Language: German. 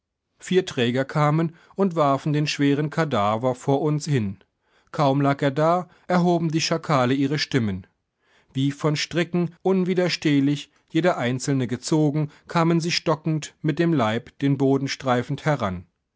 vier träger kamen und warfen den schweren kadaver vor uns hin kaum lag er da erhoben die schakale ihre stimmen wie von stricken unwiderstehlich jeder einzelne gezogen kamen sie stockend mit dem leib den boden streifend heran